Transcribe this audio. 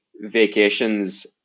vacations